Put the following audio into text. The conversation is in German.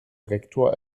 rektor